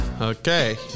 okay